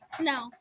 No